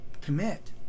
Commit